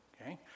Okay